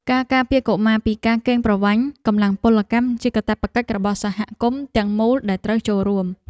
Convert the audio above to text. ការការពារកុមារពីការកេងប្រវ័ញ្ចកម្លាំងពលកម្មជាកាតព្វកិច្ចរបស់សហគមន៍ទាំងមូលត្រូវចូលរួម។